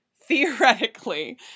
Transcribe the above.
theoretically